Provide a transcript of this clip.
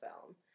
film